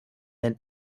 then